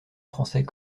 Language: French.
français